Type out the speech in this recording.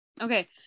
Okay